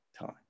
time